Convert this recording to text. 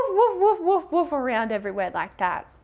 woof, woof, woof around everywhere like that.